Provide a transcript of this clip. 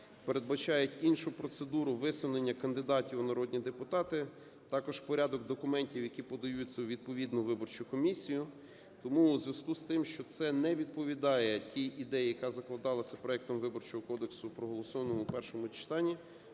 передбачають іншу процедуру висунення кандидатів у народні депутати також в порядок документів, які подаються у відповідну виборчу комісію. Тому у зв'язку з тим, що це не відповідає тій ідеї, яка закладалася проектом Виборчого кодексу, проголосованому в першому читанні,